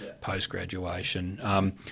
post-graduation